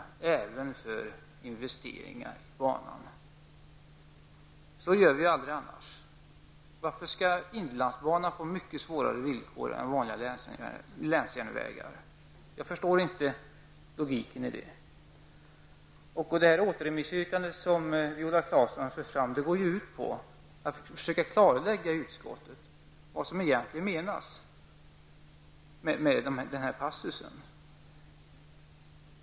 Det gäller då även investeringar i banan. Så gör vi ju aldrig annars. Varför skall inlandsbanan få mycket sämre villkor än vanliga länsjärnvägar? Jag förstår inte logiken i detta. Det återremissyrkande som Viola Claesson har fört fram går ju ut på att utskottet skall försöka klarlägga vad som egentligen menas med den här passusen.